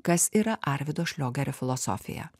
kas yra arvydo šliogerio filosofija